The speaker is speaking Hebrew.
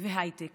והייטק